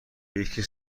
هیشکی